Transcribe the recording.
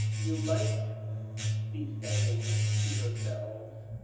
you might be saying to yourselves,